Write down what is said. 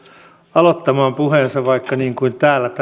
aloittamaan puheensa vaikka niin kuin täällä tällä kertaa että